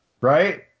right